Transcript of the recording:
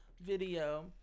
video